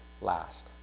last